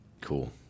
Cool